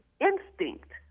instinct